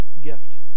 gift